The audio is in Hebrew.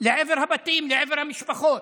לעבר הבתים, לעבר המשפחות.